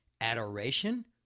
adoration